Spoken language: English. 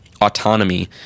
autonomy